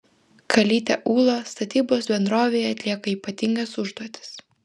kalytė ūla statybos bendrovėje atlieka ypatingas užduotis